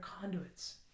conduits